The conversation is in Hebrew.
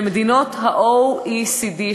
במדינות ה-OECD,